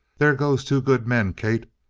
there goes two good men! kate,